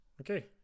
Okay